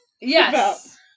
Yes